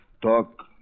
talk